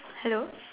hello